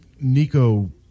Nico